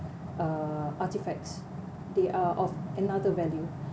uh artefacts they are of another value